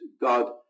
God